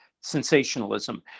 sensationalism